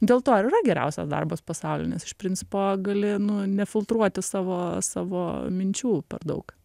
dėl to ir yra geriausias darbas pasaulinis iš principo gali nu nefiltruoti savo savo minčių per daug